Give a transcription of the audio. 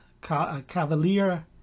Cavalier